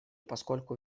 поскольку